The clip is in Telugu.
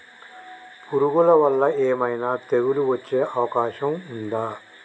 పురుగుల వల్ల ఏమైనా తెగులు వచ్చే అవకాశం ఉందా?